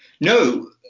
No